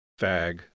Fag